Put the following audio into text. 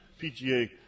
PGA